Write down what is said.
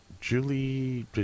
Julie